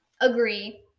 agree